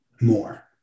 more